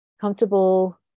comfortable